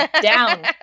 down